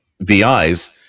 VIs